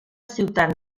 ciutat